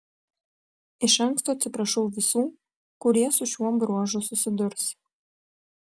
iš anksto atsiprašau visų kurie su šiuo bruožu susidurs